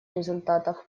результатов